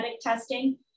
testing